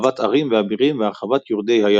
הרחבת ערים ואבירים והרחבת יורדי הים.